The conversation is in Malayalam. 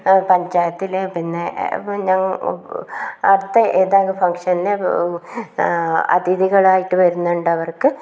പഞ്ചായത്തിലെ പിന്നെ അടുത്ത ഏതേലും ഫംഗ്ഷന് അതിഥികളായിട്ട് വരുന്നവർക്ക്